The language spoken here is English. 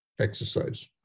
exercise